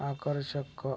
आकर्षक